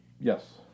Yes